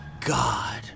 God